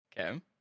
Okay